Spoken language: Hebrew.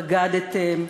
בגדתם,